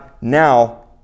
now